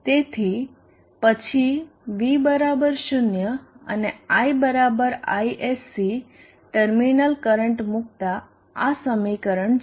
તેથી પછી V 0 અને I Isc ટર્મિનલ કરંટ મુકતા આ સમીકરણ છે